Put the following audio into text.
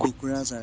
Kokrajhar